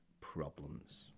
problems